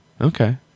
Okay